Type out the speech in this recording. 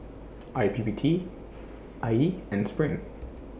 I P P T I E and SPRING